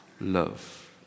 love